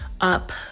up